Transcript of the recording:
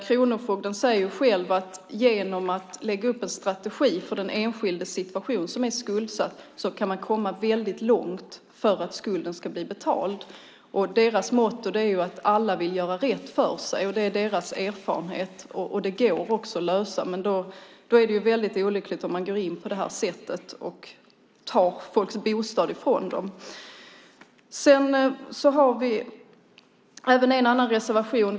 Kronofogden säger själv att man genom att lägga upp en strategi för den enskilde som är skuldsatt kan komma väldigt långt för att skulden ska bli betald. Deras motto är att alla vill göra rätt för sig. Det är deras erfarenhet. Detta går också att lösa, men då är det väldigt olyckligt om man på det här sättet går in och tar ifrån människor deras bostad. Vi har även en annan reservation.